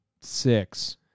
six